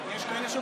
יש כאלה שמותר להם.